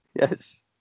Yes